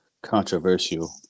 controversial